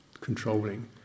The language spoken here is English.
controlling